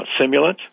Simulant